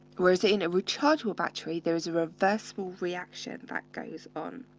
whereas in a rechargeable battery, there is a reversible reaction that goes on.